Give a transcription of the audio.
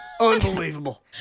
Unbelievable